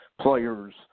players